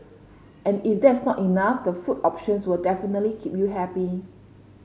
and if that's not enough the food options will definitely keep you happy